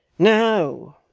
no,